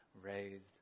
raised